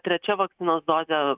trečia vakcinos dozė